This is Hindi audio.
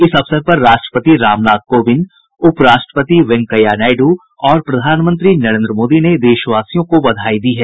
इस अवसर पर राष्ट्रपति रामनाथ कोविंद उपराष्ट्रपति वैंकेया नायडु और प्रधानमंत्री नरेंद्र मोदी ने देशवासियों को बधाई दी है